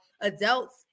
adults